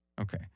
Okay